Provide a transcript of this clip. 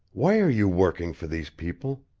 why are you working for these people?